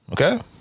Okay